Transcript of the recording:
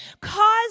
cause